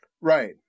Right